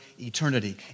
eternity